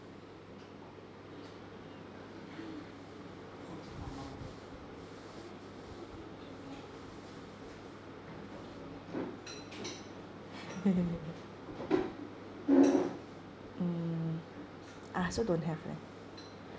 mm I also don't have leh